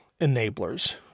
enablers